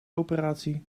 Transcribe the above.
operatie